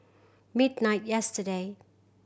midnight yesterday